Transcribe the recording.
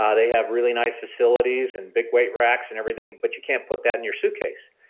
ah they have really nice facilities and big weight racks and everything, and but you can't put that in your suitcase.